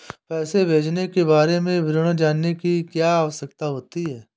पैसे भेजने के बारे में विवरण जानने की क्या आवश्यकता होती है?